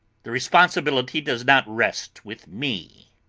the responsibility does not rest with me.